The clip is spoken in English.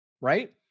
Right